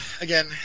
again